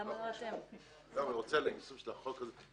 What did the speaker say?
לגבי היישום של החוק הזה?